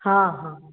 हाँ हाँ